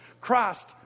Christ